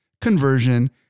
conversion